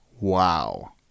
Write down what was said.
Wow